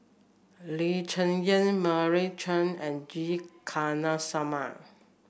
Lee Cheng Yan Meira Chand and G Kandasamy